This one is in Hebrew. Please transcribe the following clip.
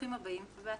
ברוכים הבאים ובהצלחה.